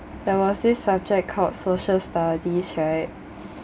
there was this subject called social studies right